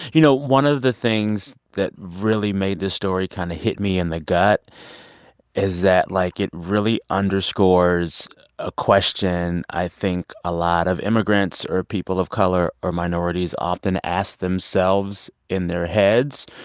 you know, one of the things that really made this story kind of hit me in the gut is that, like, it really underscores a question i think a lot of immigrants or people of color or minorities often ask themselves in their heads,